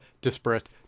disparate